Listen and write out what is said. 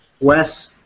Wes